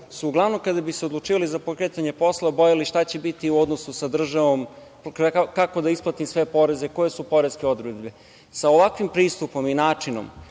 su uglavnom kada bi se odlučivali za pokretanje posla bojali šta će biti u odnosu sa državom, kako da isplatim sve poreze, koje su poreske odredbe. Sa ovakvim pristupom i načinom